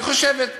היא חושבת.